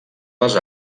les